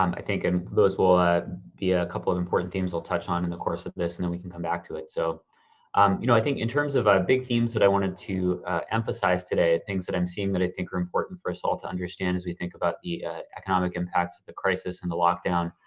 um i think and those will be a couple of important themes we'll touch on in the course of this, and then we can come back to it. so um you know i think in terms of big themes that i wanted to emphasize today, things that i'm seeing that i think are important for us all to understand as we think about the economic impacts of the crisis and the lockdown.